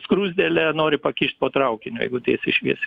skruzdėlę nori pakišt po traukiniu jeigu tiesiai šviesiai